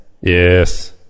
Yes